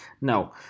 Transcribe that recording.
no